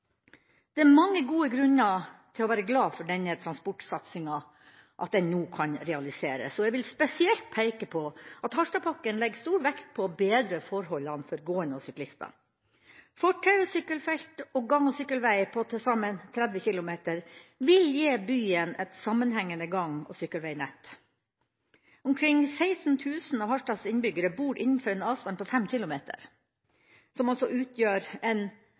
Det er mange gode grunner til å være glad for at denne transportsatsinga nå kan realiseres. Jeg vil spesielt peke på at Harstadpakken legger stor vekt på å bedre forholdene for gående og syklister. Fortau, sykkelfelt og gang- og sykkelvei på til sammen 30 km vil gi byen et sammenhengende gang- og sykkelveinett. Omkring 16 000 av Harstads innbyggere bor innenfor en avstand på 5 km, som altså utgjør en